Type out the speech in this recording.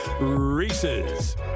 Reese's